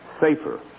safer